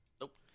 Nope